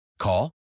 Call